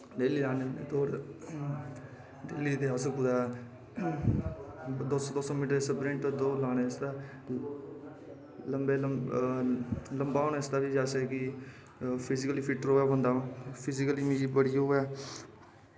daily लान्ने होन्ने अस दौड़ डेल्ली दे अस कुदै दौ सौ दौ सौ दे सप्रिंट दौड़ लाने आस्तै लम्मा होने आस्ते बी जैसा कि फिजीकली फिट्ट र'वै बंदा फिजीकली मिगी बड़ा ओह् ऐ